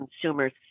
consumers